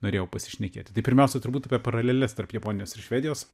norėjau pasišnekėti tai pirmiausia turbūt apie paraleles tarp japonijos ir švedijos